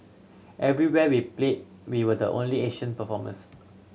everywhere we played we were the only Asian performers